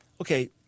Okay